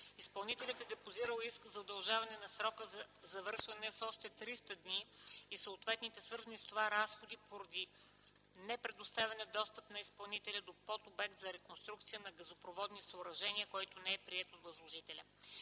Изпълнителят е депозирал иск за удължаване на срока за завършване с още 300 дни и съответните свързани с това разходи поради не предоставен достъп на Изпълнителя до подобект за реконструкция на газопроводни съоръжения, който не е приет от Възложителя.